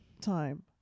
time